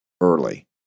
early